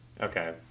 Okay